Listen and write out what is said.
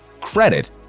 Credit